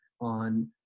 on